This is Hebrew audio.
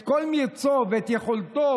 את כל מרצו ואת יכולתו